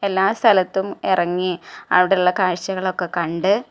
എല്ലാ സ്ഥലത്തും ഇറങ്ങി അവിടെയുള്ള കാഴ്ചകളൊക്കെ കണ്ട്